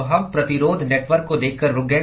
तो हम प्रतिरोध नेटवर्क को देखकर रुक गए